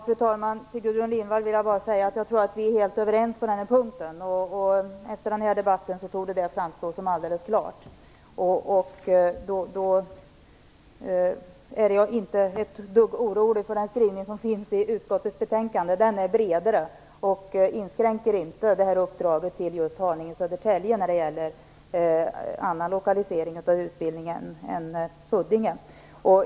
Fru talman! Jag tror att vi är helt överens på den punkten, Gudrun Lindvall. Efter den här debatten torde det framstå alldeles klart. Jag är inte ett dugg orolig för den skrivning som finns i utskottets betänkande. Den är bredare och inskränker inte uppdraget till just Haninge och Södertälje när det gäller annan lokalisering av utbildningen än Huddinge.